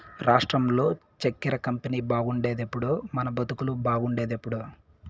రాష్ట్రంలో చక్కెర కంపెనీ బాగుపడేదెప్పుడో మన బతుకులు బాగుండేదెప్పుడో